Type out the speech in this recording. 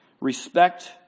Respect